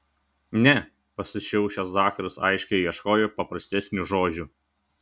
ne pasišiaušęs daktaras aiškiai ieškojo paprastesnių žodžių